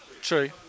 True